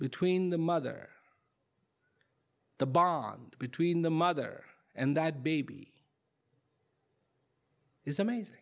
between the mother the bond between the mother and that baby is amazing